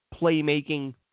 playmaking